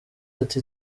ati